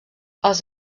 els